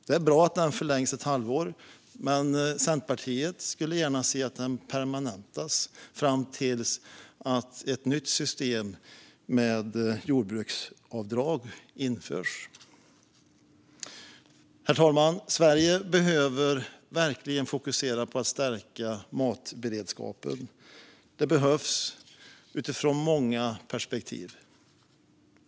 Det är bra att den förlängs ett halvår, men Centerpartiet skulle gärna se att den permanentas fram till dess att ett nytt system med jordbruksavdrag införs. Herr talman! Sverige behöver verkligen fokusera på att stärka matberedskapen. Det behövs utifrån många perspektiv.